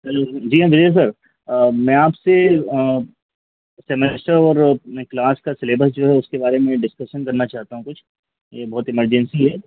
जी हाँ विजय सर मैं आपसे सेमेस्टर में क्लास का सिलेबस जो है उसके बारे में डिस्कशन करना चाहता हूँ कुछ यह बहुत इमरजेंसी है